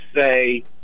say